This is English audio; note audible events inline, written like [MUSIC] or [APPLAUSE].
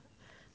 [BREATH]